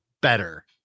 better